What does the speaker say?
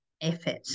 effort